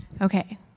Okay